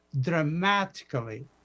dramatically